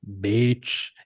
bitch